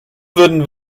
würden